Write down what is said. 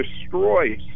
destroy